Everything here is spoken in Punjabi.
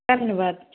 ਧੰਨਵਾਦ ਜੀ